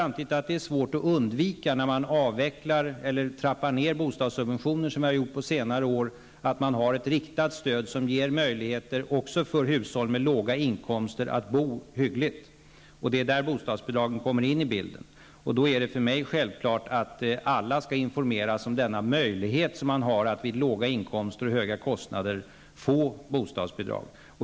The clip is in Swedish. Men när man trappar ned bostadssubventionerna, som vi har gjort på senare år, är det svårt att undvika ett riktat stöd som ger möjligheter också för hushåll med låga inkomster att bo hyggligt. Det är där bostadsbidragen kommer in i bilden. För mig är det självklart att alla skall informeras om den möjlighet de har att vid låga inkomster och höga kostnader få bostadsbidrag.